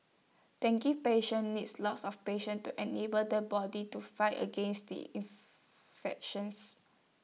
dengue patients needs lots of patient to enable the body to fight against the infections